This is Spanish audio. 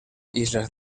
islas